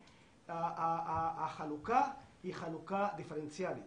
החלוקה היא חלוקה דיפרנציאלית.